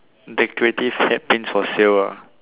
decorative hat pins for sale orh